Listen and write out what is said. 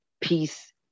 peace